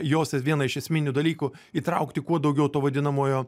jos vieną iš esminių dalykų įtraukti kuo daugiau to vadinamojo